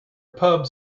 pub